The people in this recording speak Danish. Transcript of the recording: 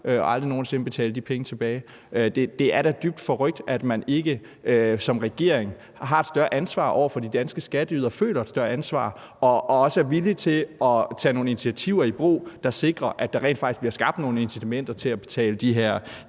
og aldrig nogen sinde betale de penge tilbage. Det er da dybt forrykt, at man ikke som regering har et større ansvar over for de danske skatteydere, føler et større ansvar og også er villig til at tage nogle initiativer i brug, der sikrer, at der rent faktisk bliver skabt nogle incitamenter til at betale de her